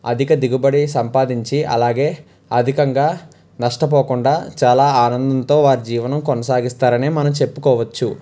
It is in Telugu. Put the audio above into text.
అధిక దిగుబడి సంపాదించి అలాగే అధికంగా నష్టపోకుండా చాలా ఆనందంతో వారి జీవనం కొనసాగిస్తారని మనం చెప్పుకోవచ్చు